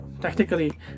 technically